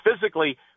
physically